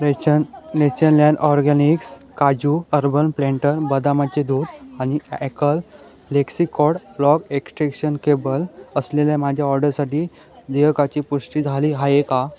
रेचन Natureland Organics काजू Urban Platter बदामाचे दूध आणि ॲकल फ्लेक्सिकॉड लॉग एक्सटेशन केबल असलेल्या माझ्या ऑडसाठी देयकाची पुष्टी झाली आहे का